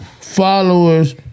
followers